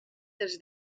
dels